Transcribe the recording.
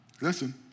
Listen